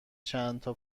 چندتا